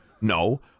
No